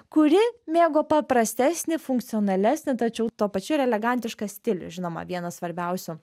kuri mėgo paprastesnį funkcionalesnį tačiau tuo pačiu ir elegantišką stilių žinoma vienas svarbiausių